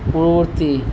পূর্ববর্তী